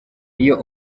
iyo